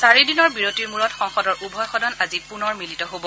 চাৰিদিনৰ বিৰতিৰ মূৰত সংসদৰ উভয় সদন আজি পুনৰ মিলিত হ'ব